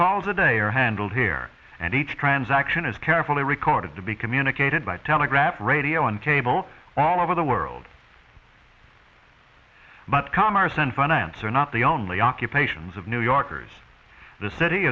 calls a day are handled here and each transaction is carefully recorded to be communicated by telegraph radio and cable all over the world but commerce and finance are not the only occupations of new yorkers the city